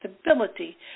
stability